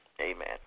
Amen